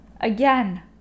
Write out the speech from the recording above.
Again